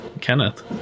Kenneth